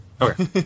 Okay